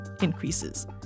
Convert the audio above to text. increases